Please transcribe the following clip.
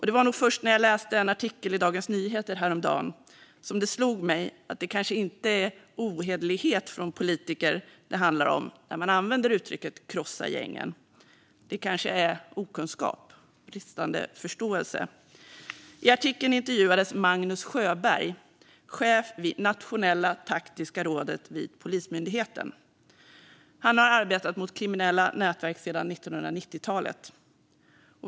Det var nog först när jag läste en artikel i Dagens Nyheter häromdagen som det slog mig att det kanske inte är ohederlighet från politiker som det handlar om när de använder uttrycket "krossa gängen". Det är kanske okunskap och bristande förståelse. I artikeln intervjuades Magnus Sjöberg, chef vid Nationella taktiska rådet vid Polismyndigheten. Han har arbetat mot kriminella nätverk sedan 1990-talet.